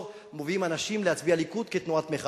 מביאים אנשים להצביע ליכוד כתנועת מחאה.